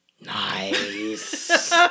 Nice